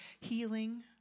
healing